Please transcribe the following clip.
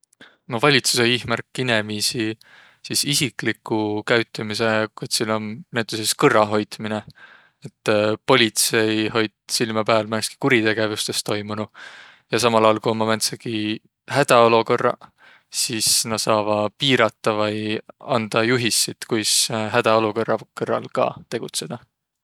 No valitsusõ iihmärk inemiisi sis isikliku käütümise kotsilõ om näütüses kõrra hoitminõ. Et politsei hoit silmä pääl määnestki kuritegevust es toimunuq ja samal aol ku ummaq määndsegiq hädäolokõrraq sis näq saavaq piiradaq vai andaq juhisit kuis hädäolokõrra kõrral ka tegutsedäq.